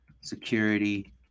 security